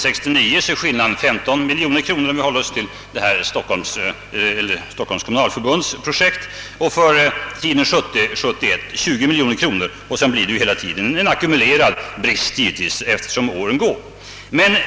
1968 71 är den 20 miljoner kronor. Dessutom ackumuleras givetvis en brist allteftersom åren går.